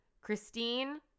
Christine